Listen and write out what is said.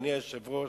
אדוני היושב-ראש,